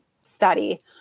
study